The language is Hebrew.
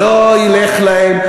לא ילך להם.